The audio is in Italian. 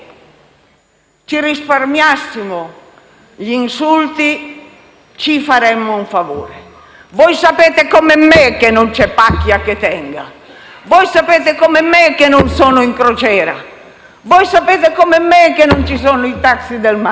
ci risparmiassimo gli insulti ci faremmo un favore. Voi sapete come me che non c'è pacchia che tenga; voi sapete come me che non sono in crociera; voi sapete come me che non ci sono i taxi del mare